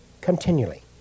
continually